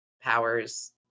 powers